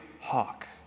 hawk